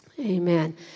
Amen